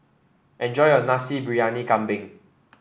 enjoy your Nasi Briyani Kambing